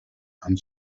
and